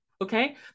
Okay